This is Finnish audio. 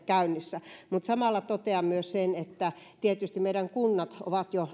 käynnissä samalla totean myös sen että tietysti monet kunnat ovat jo